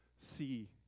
see